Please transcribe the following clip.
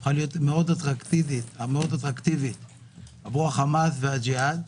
הפכה להיות אטרקטיבית מאוד עבור החמאס והג'יהאד.